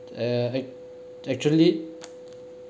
eh act~ actually